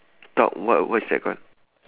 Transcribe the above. talk what what's that card